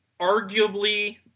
arguably